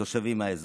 תושבים מהאזור.